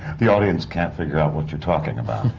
the audience can't figure out what you're talking about.